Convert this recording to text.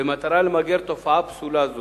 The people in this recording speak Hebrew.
במטרה למגר תופעה פסולה זו.